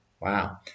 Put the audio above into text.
Wow